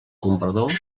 comprador